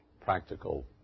practical